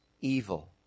evil